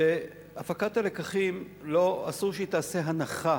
והפקת הלקחים אסור שתעשה הנחה